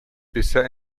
bisher